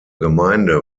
gemeinde